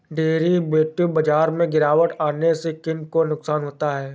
Derivative बाजार में गिरावट आने से किन को नुकसान होता है?